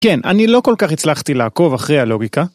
כן, אני לא כל כך הצלחתי לעקוב אחרי הלוגיקה.